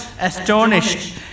astonished